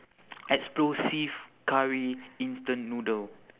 explosive curry instant noodle